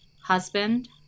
husband